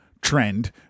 trend